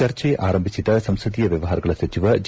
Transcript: ಚರ್ಚೆ ಆರಂಭಿಸಿದ ಸಂಸದೀಯ ವ್ಯವಹಾರಗಳ ಸಚಿವ ಜೆ